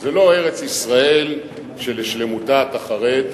זו לא ארץ-ישראל שלשלמותה אתה חרד,